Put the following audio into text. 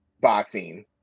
boxing